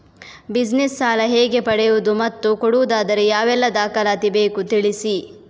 Business ಸಾಲ ಹೇಗೆ ಪಡೆಯುವುದು ಮತ್ತು ಕೊಡುವುದಾದರೆ ಯಾವೆಲ್ಲ ದಾಖಲಾತಿ ಬೇಕು ತಿಳಿಸಿ?